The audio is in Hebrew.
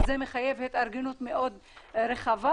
וזה מחייב התארגנות מאוד רחבה.